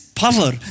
power